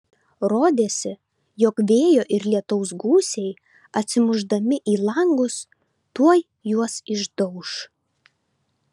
rodėsi jog vėjo ir lietaus gūsiai atsimušdami į langus tuoj juos išdauš